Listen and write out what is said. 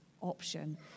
option